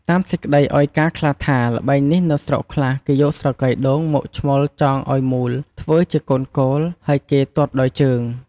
តាមសេចក្តីឲ្យការណ៍ខ្លះថា ល្បែងនេះនៅស្រុកខ្លះ គេយកស្រកីដូងមកឆ្មូលចងឲ្យមូលធ្វើជាកូនគោល ហើយគេទាត់ដោយជើង។